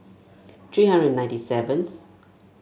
three hundred and ninety seventh